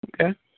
Okay